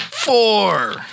Four